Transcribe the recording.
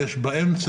יש לו חצר